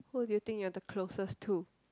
who do you think you're the closest to